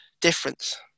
difference